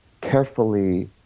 carefully